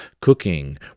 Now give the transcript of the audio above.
cooking